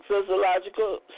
physiological